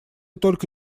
только